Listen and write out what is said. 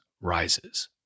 rises